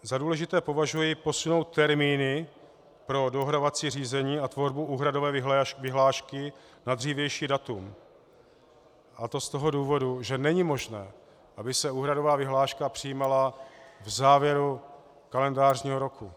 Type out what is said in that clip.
Za důležité považuji posunout termíny pro dohodovací řízení a tvorbu úhradové vyhlášky na dřívější datum, a to z toho důvodu, že není možné, aby se úhradová vyhláška přijímala v závěru kalendářního roku.